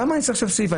למה אני צריך סעיף כזה?